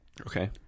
Okay